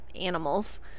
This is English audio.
animals